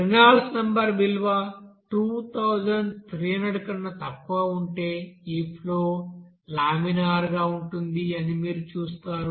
Reynolds number విలువ 2300 కన్నా తక్కువ ఉంటే ఈ ఫ్లో లామినార్ గా ఉంటుందని మీరు చూస్తారు